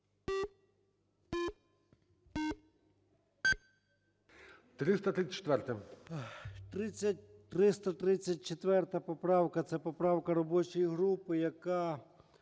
О.М. 334 поправка, це поправка робочої групи, яка